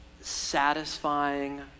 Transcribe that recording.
satisfying